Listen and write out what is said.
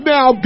Now